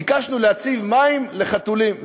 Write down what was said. ביקשנו להציב מים לחתולים.